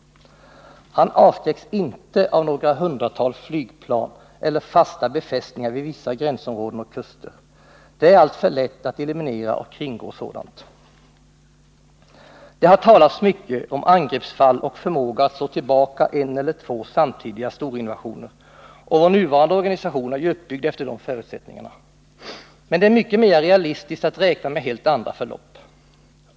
Han avskräcks inte av några hundratal flygplan eller fasta befästningar vid vissa gränsområden och kuster. Det är alltför lätt att eliminera och kringgå sådant. att slå tillbaka en eller två samtidiga storinvasioner, och vår nuvarande organisation är ju uppbyggd efter de förutsättningarna. Men det är mycket mera realistiskt att räkna med helt andra förlopp.